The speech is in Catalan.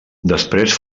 després